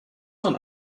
man